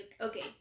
Okay